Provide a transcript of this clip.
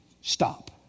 stop